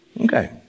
Okay